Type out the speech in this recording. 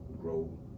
grow